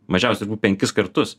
mažiausia penkis kartus